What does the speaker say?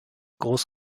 groß